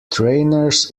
trainers